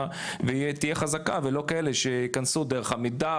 ושתהיה חזקה ולא כאלה שיכנסו דרך עמידר,